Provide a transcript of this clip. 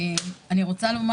תודה.